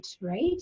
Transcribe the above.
right